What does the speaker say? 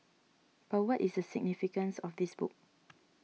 but what is the significance of this book